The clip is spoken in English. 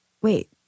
wait